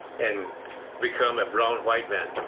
and become a brown white man.